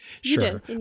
sure